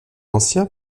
anciens